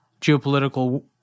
geopolitical